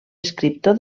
escriptor